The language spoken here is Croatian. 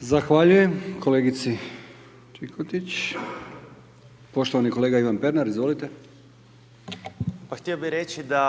Zahvaljujem kolegici Čikotić. Poštovani kolega Ivan Pernar, izvolite. **Pernar, Ivan (Živi zid)** Pa htio bih reći da